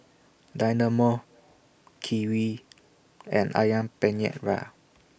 Dynamo Kiwi and Ayam Penyet